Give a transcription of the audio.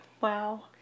Wow